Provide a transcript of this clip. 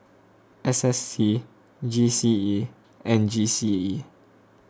S S T G C E and G C E